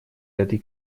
этой